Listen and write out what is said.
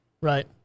Right